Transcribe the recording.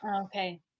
Okay